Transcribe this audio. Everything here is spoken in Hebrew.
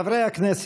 חברי הכנסת,